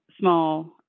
small